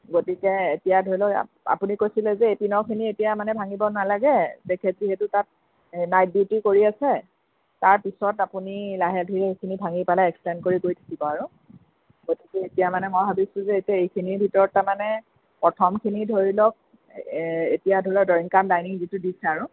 গতিকে এতিয়া ধৰি লওক আপুনি কৈছিলে যে এইপিনৰখিনি এতিয়া মানে ভাঙিব নালাগে তেখেত যিহেতু তাত নাইট ডিউটি কৰি আছে তাৰ পিছত আপুনি লাহে ধীৰে সেইখিনি ভাঙি পেলাই এক্সটেণ্ড কৰি গৈ থাকিব আৰু গতিকে এতিয়া মানে মই ভাবিছোঁ যে এতিয়া এইখিনিৰ ভিতৰত তাৰমানে প্ৰথমখিনি ধৰি লওক এতিয়া ধৰি লওক ড্ৰয়িং কাম ডাইনিং যিখিনি দিছে আৰু